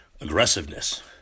Aggressiveness